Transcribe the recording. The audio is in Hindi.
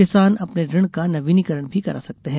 किसान अपने ऋण का नवीनीकरण भी करा सकते हैं